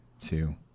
two